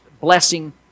blessing